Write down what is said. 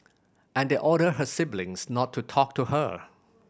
and they ordered her siblings not to talk to her